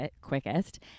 quickest